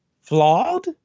flawed